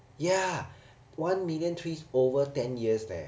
ya one million trees over ten years leh